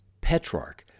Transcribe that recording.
Petrarch